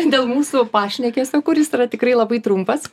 dėl mūsų pašnekesio kuris yra tikrai labai trumpas